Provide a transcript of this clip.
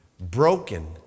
broken